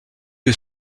que